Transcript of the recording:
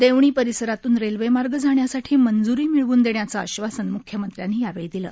देवणी परिसरातून रेल्वेमार्ग जाण्यासाठी मंज्री मिळवून देण्याचं आश्वासन म्ख्यमंत्र्यांनी यावेळी दिलं